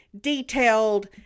detailed